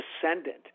descendant